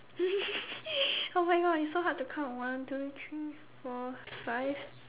oh my god it's so hard to count one two three four five